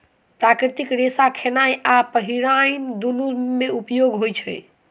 प्राकृतिक रेशा खेनाय आ पहिरनाय दुनू मे उपयोग होइत अछि